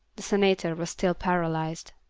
the senator was still paralysed.